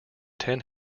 ten